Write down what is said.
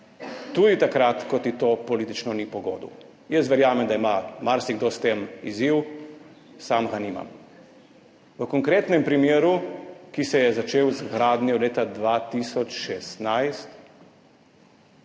tudi takrat, ko ti to politično ni po godu. Jaz verjamem, da ima marsikdo s tem izziv, sam ga nimam. V konkretnem primeru, ki se je začel z gradnjo leta 2016